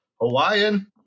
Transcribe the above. Hawaiian